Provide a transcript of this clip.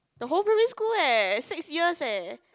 the whole primary eh six years eh